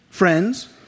friends